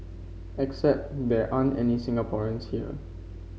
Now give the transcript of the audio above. except there aren't any Singaporean tear